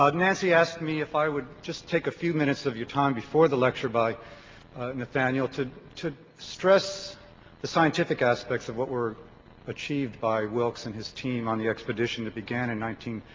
ah nancy asked me if i would just take a few minutes of your time before the lecture by nathaniel to to stress the scientific aspects of what were achieved by wilkes and his team on the expedition that began in nineteen,